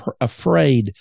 afraid